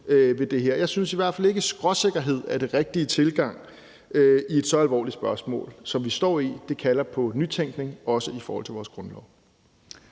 Jeg synes i hvert fald ikke, at skråsikkerhed er den rigtige tilgang i et så alvorligt spørgsmål som det, vi står med. Det kalder på nytænkning, også i forhold til vores grundlov.